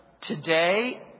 today